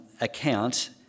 account